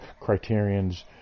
Criterion's